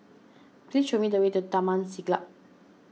please show me the way to Taman Siglap